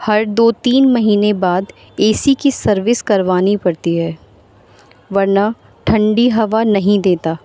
ہر دو تین مہینے بعد اے سی کی سروس کروانی پڑتی ہے ورنہ ٹھنڈی ہوا نہیں دیتا